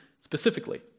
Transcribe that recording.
specifically